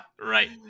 right